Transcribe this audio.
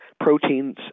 proteins